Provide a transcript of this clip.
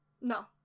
No